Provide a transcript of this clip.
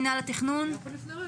התכנון?